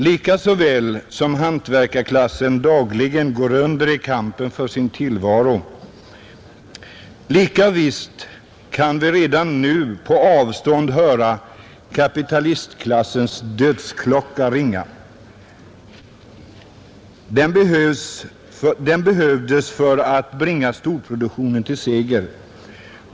Lika så väl som hantverkarklassen dagligen går under i kampen för tillvaron, lika visst kan vi redan på avstånd höra kapitalistklassens dödsklocka ringa. Den behövdes för att bringa storproduktionen till seger.